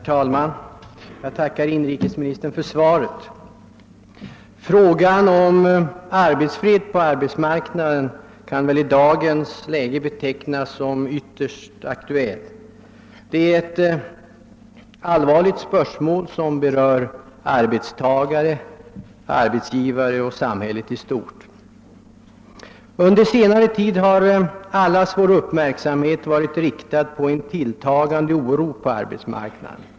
Herr talman! Jag tackar inrikesministern för svaret. naden kan väl i dagens läge betecknas som ytterst aktuell. Den utgör ett allvarligt spörsmål som berör arbetstagare, arbetsgivare och samhället i stort. Under senare tid har allas vår uppmärksamhet varit riktad på en tilltagande oro på arbetsmarknaden.